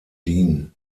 dienen